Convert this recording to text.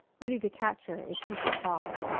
ready to catch her if she should fall.